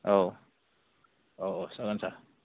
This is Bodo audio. औ औ जागोन सार